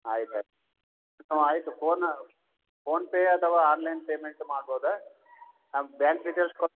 ಆಯ್ತು ಆಯ್ತು ಹ್ಞೂ ಆಯಿತು ಫೋನ ಫೋನ್ಪೇ ಅಥವಾ ಆನ್ಲೈನ್ ಪೇಮೆಂಟ್ ಮಾಡ್ಬೋದಾ ಬ್ಯಾಂಕ್ ಡೀಟೇಲ್ಸ್